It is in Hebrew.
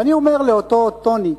ואני אומר לאותו טוניק: